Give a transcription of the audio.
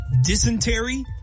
Dysentery